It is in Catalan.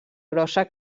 grossa